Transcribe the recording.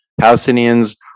palestinians